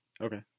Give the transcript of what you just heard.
Okay